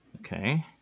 Okay